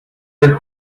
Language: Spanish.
del